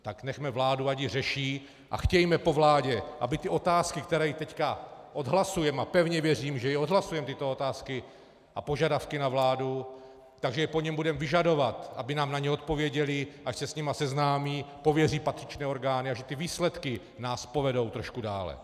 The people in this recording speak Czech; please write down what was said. Tak nechme vládu, ať ji řeší, a chtějme po vládě, aby ty otázky, které jí teď odhlasujeme, a pevně věřím, že jí odhlasujeme tyto otázky a požadavky na vládu, tak že je po ní budeme vyžadovat, aby nám na ně odpověděli, ať se s nimi seznámí, pověří patřičné orgány, a že ty výsledky nás povedou trošku dále.